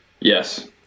Yes